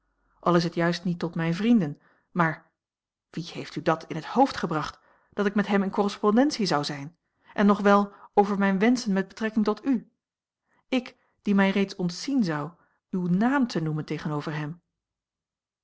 al is het juist niet tot mijne vrienden maar wie heeft u dat in het hoofd gebracht dat ik met hem in correspondentie zou zijn en nog wél over mijne wenschen met betrekking tot u ik die mij reeds ontzien zou uw naam te noemen tegenover hem